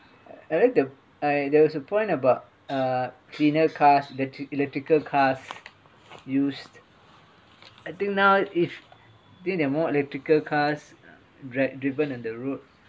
I like the I there was a point about uh cleaner cars elec~ electrical cars used until now if I think they're more electrical cars dre~ driven on the road